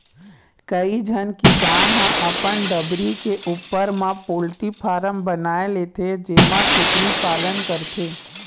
कइझन किसान ह अपन डबरी के उप्पर म पोल्टी फारम बना लेथे जेमा कुकरी पालन करथे